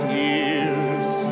years